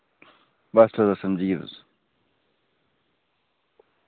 बस समझी गे तुस